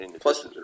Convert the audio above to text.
Plus